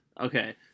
Okay